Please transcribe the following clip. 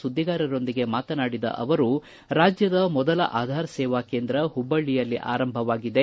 ಸುದ್ದಿಗಾರರೊಂದಿಗೆ ಮಾತನಾಡಿದ ಅವರು ರಾಜ್ಯದ ಮೊದಲ ಅಧಾರ್ ಸೇವಾ ಕೇಂದ್ರ ಹುಬ್ಬಳ್ಳಯಲ್ಲಿ ಆರಂಭವಾಗಿದೆ